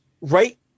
right